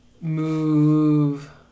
Move